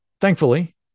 Thankfully